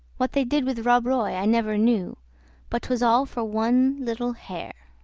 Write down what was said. what they did with rob roy i never knew but twas all for one little hare.